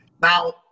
Now